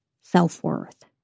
self-worth